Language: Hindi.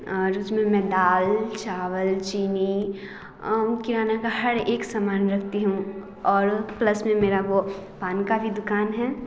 और उसमें मैं दाल चावल चीनी किराना का हर एक समान रखती हूँ और प्लस में मेरा वो पानी का भी दुकान है